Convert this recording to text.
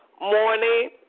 morning